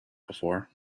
before